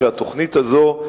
שהתוכנית הזו,